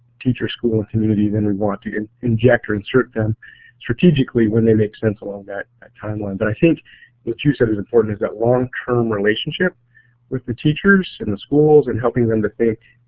teacher, school, and community then we want to and inject or insert them strategically when they make sense along that timeline but i think what you said is important is that long-term relationship with the teachers and the schools and helping them to